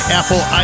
apple